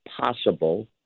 possible